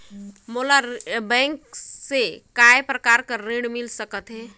मोला बैंक से काय प्रकार कर ऋण मिल सकथे?